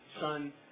son